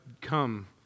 come